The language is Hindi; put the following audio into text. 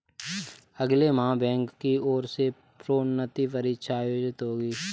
अगले माह बैंक की ओर से प्रोन्नति परीक्षा आयोजित होगी